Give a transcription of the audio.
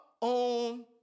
on